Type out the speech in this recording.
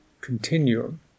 continuum